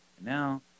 now